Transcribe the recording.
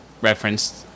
referenced